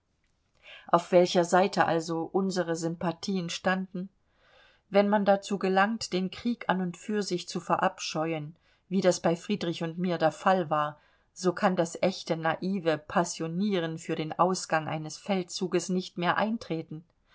auf welcher seite also unsere sympathien standen wenn man dazu gelangt den krieg an und für sich zu verabscheuen wie das bei friedrich und mir der fall war so kann das echte naive passionieren für den ausgang eines feldzuges nicht mehr eintreten